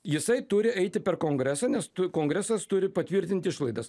jisai turi eiti per kongresą nes kongresas turi patvirtint išlaidas